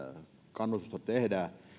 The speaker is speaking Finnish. kannustusta tehdään